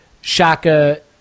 Shaka